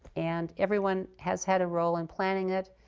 and everyone has had a role in planning it,